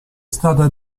stata